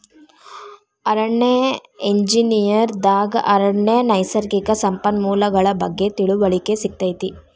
ಅರಣ್ಯ ಎಂಜಿನಿಯರ್ ದಾಗ ಅರಣ್ಯ ನೈಸರ್ಗಿಕ ಸಂಪನ್ಮೂಲಗಳ ಬಗ್ಗೆ ತಿಳಿವಳಿಕೆ ಸಿಗತೈತಿ